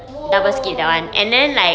!wow!